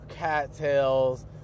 cattails